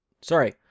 Sorry